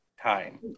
time